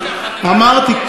אמרתי,